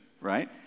right